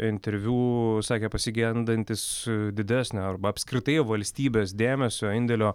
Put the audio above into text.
interviu sakė pasigendantis didesnio arba apskritai valstybės dėmesio indėlio